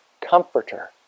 Comforter